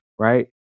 right